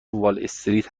والاستریت